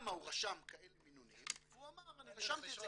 למה הוא רשם כאלה מינונים והוא אמר אני רשמתי את